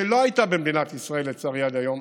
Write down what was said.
שלא הייתה במדינת ישראל לצערי עד היום,